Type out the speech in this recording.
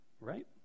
right